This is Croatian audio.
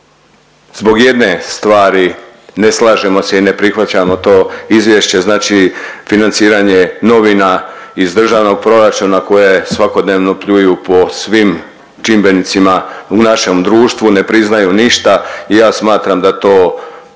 zbog jedne stvari ne slažemo se i ne prihvaćamo to izvješće. Znači financiranje novina iz državnog proračuna koje svakodnevno pljuju po svim čimbenicima u našem društvu, ne priznaju ništa i ja smatram da to država